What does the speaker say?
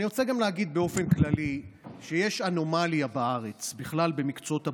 אני רוצה גם להגיד באופן כללי שיש אנומליה בארץ בכלל במקצועות הבריאות.